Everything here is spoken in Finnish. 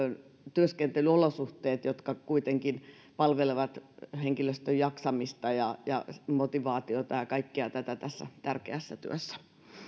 työskentelyolosuhteet jotka kuitenkin palvelevat henkilöstön jaksamista ja ja motivaatiota ja kaikkea tätä tässä tärkeässä työssä